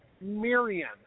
Miriam